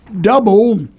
double